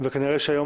וכנראה שהיום,